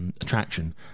Attraction